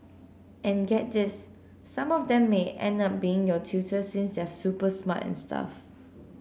and get this some of them may end up being your tutor since they're super smart and stuff